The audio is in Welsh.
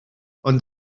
ond